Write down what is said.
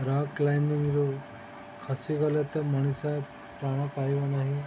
rock କ୍ଲାଇମ୍ବିଙ୍ଗରୁ ଖସିଗଲେ ତ ମଣିଷ ପ୍ରାଣ ପାଇବ ନାହିଁ